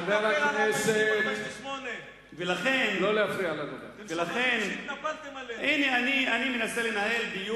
מי שהתנפל על יהודים ב-48' מי שהתנפל על יהודים ב-49'.